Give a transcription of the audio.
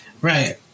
Right